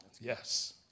yes